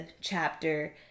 chapter